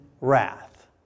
wrath